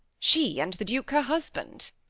she and the duke her husband!